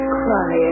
cry